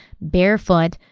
barefoot